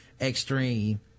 Extreme